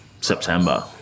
september